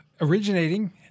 originating